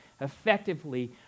effectively